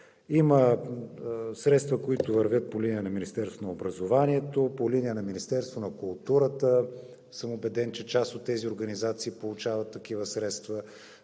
Има средства, които вървят по линия на Министерството на образованието, по линия на Министерството на културата – съм убеден, че част от тези организации получават такива средства.